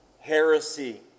heresy